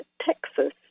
Texas